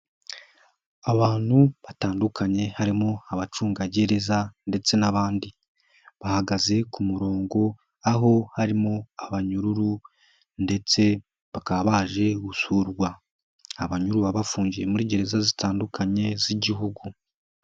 Abantu batandukanye harimo abacungagereza ndetse n'abandi. Bahagaze ku murongo aho harimo abanyururu ndetse bakaba baje gusurwa. Abanyururu baba bafungiye muri gereza zitandukanye z'igihugu.